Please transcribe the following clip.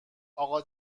اقا